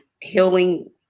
healing